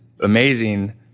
amazing